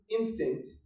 instinct